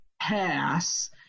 pass